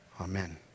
Amen